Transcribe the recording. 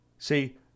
See